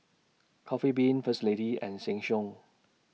Coffee Bean First Lady and Sheng Siong